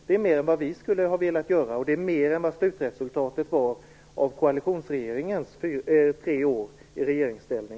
Det är mer än vad vi skulle ha velat göra, och det är mer än vad slutresultatet var av koalitionsregeringens tre år i regeringsställning.